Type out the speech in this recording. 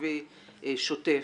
תקציבי שוטף.